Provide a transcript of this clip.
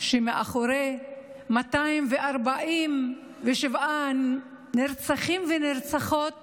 שמאחורי 247 נרצחים ונרצחות